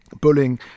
Bullying